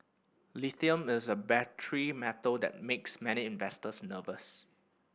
lithium is a battery metal that makes many investors nervous